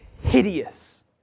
hideous